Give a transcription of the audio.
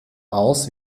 aus